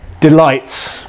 delights